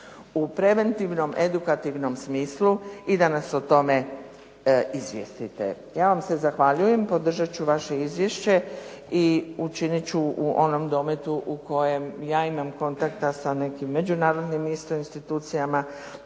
u preventivnom, edukativnom smislu i da nas o tome izvijestite. Ja vam se zahvaljujem, podržati ću vaše izvješće i učiniti ću u onom dometu u kojem ja imam kontakta sa nekim međunarodnim isto institucijama